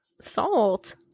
salt